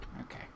Okay